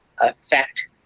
affect